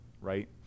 right